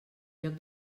lloc